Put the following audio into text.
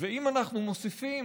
ואם אנחנו מוסיפים,